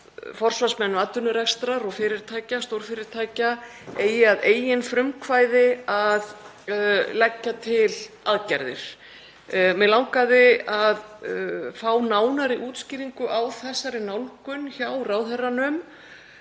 forsvarsmenn atvinnurekstrar og fyrirtækja, stórfyrirtækja, eigi að eigin frumkvæði að leggja til aðgerðir. Mig langaði að fá nánari útskýringu á þessari nálgun hjá ráðherranum